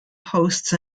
hosts